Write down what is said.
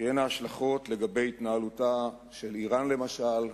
יהיו השלכות לגבי התנהלותה של אירן, למשל,